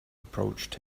approached